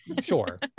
sure